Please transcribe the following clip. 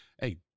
Hey